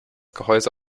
gehäuse